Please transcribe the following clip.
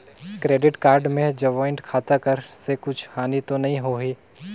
Credit card मे joint खाता कर से कुछ हानि तो नइ होही?